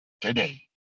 today